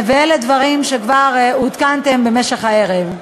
ואלה דברים שכבר עודכנתם עליהם במשך הערב.